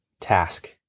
task